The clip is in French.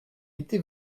était